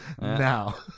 Now